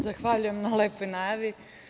Zahvaljujem na lepoj najavi.